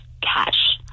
cash